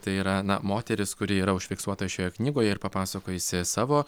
tai yra na moteris kuri yra užfiksuota šioje knygoje ir papasakojusi savo